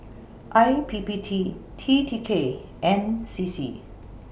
I P P T T T K and C C